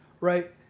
right